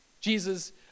Jesus